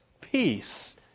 peace